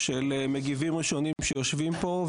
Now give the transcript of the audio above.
מגיבים ראשונים שיושבים פה,